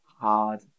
hard